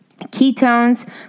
ketones